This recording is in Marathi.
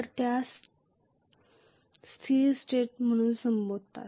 आपण त्यास स्थिर स्टेट म्हणून संबोधता